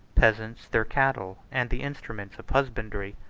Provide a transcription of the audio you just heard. peasants their cattle and the instruments of husbandry.